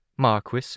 Marquis